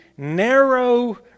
Narrow